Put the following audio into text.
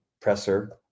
presser